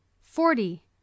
Forty